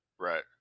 Right